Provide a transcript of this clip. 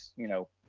you know,